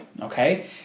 Okay